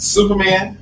Superman